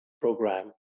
program